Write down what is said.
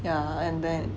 yeah and then